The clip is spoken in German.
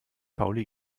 pauli